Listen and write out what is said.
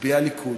מצביעי הליכוד,